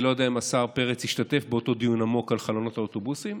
אני לא יודע אם השר פרץ השתתף באותו דיון עמוק על חלונות האוטובוסים,